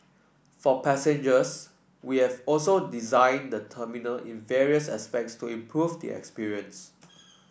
for passengers we have also designed the terminal in various aspects to improve the experience